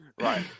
Right